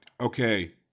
okay